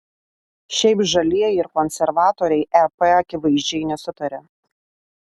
šiaip žalieji ir konservatoriai ep akivaizdžiai nesutaria